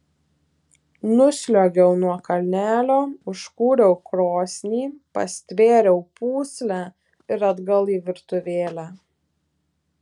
nusliuogiau nuo kalnelio užkūriau krosnį pastvėriau pūslę ir atgal į virtuvėlę